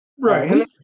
Right